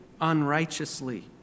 unrighteously